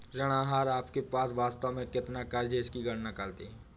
ऋण आहार आपके पास वास्तव में कितना क़र्ज़ है इसकी गणना करते है